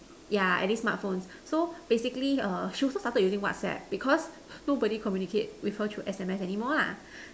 yeah at least smartphones so basically err she also started using WhatsApp because nobody communicate with her through S_M_S anymore lah